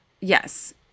Yes